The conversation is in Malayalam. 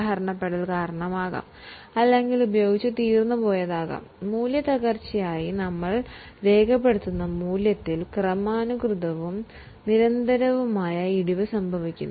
അങ്ങനെ ഡിപ്രീസിയേഷനായി നമ്മൾ രേഖപ്പെടുത്തുന്ന മൂല്യത്തിൽ ക്രമാനുഗതവും നിരന്തരവുമായ ഇടിവ് സംഭവിക്കുന്നു